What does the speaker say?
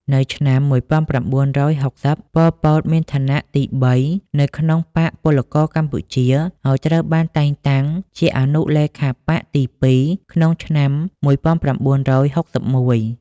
នៅឆ្នាំ១៩៦០ ប៉ុល ពត មានឋានៈទីបីនៅក្នុងបក្សពលករកម្ពុជា ហើយត្រូវបានតែងតាំងជាអនុលេខាបក្សទីពីរក្នុងឆ្នាំ១៩៦១។